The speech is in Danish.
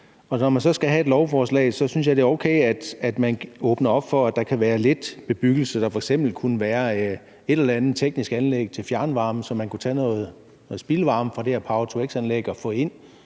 Når man så skal have et lovforslag, synes jeg, det er okay, at man åbner op for, at der kan være lidt bebyggelse. F.eks. kunne der være et eller andet teknisk anlæg til fjernvarme, så man kunne tage noget spildvarme fra det her power-to-x anlæg og få ind